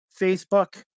Facebook